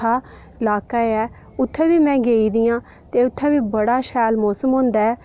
ल्हाका ऐ उत्थें बी में गेदी आं ते उत्थें बी बड़ा शैल मौसम होंदा ऐ